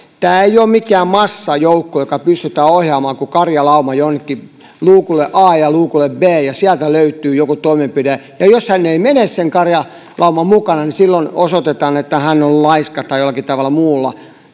tämä ei ole mikään massajoukko jota pystytään ohjaamaan kuin karjalaumaa jonnekin luukulle a ja luukulle b mistä löytyy joku toimenpide ja jos hän ei mene sen karjalauman mukana niin silloin osoitetaan että hän on laiska tai jollakin muulla